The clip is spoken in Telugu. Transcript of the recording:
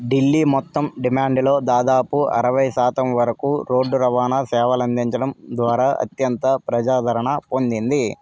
ఢిల్లీ మొత్తం డిమాండ్లో దాదాపు అరవై శాతం వరకు రోడ్డు రవాణా సేవలందించడం ద్వారా అత్యంత ప్రజాదరణ పొందింది